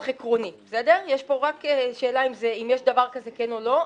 עקרוני יש פה רק שאלה אם יש דבר כזה כן או לא.